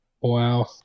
Wow